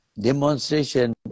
demonstration